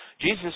Jesus